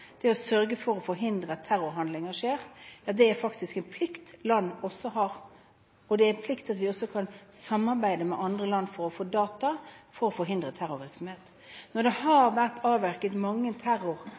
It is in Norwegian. det å sørge for å forhindre at terrorhandlinger skjer, er også en plikt et land har. Det er også en plikt å samarbeide med andre land for å få data som kan forhindre terrorvirksomhet. Det at det